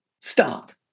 start